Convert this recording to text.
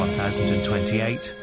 1028